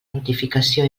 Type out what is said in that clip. notificació